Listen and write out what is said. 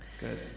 Good